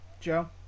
Joe